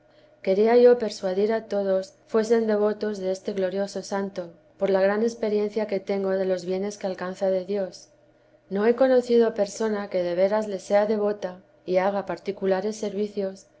querría yo persuadir a todos fuesen devotos de este glorioso santo por la gran experiencia que tengo de los bienes que alcanza de dios no he conocido persona que de veras le sea devota y haga particulares servicios